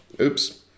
Oops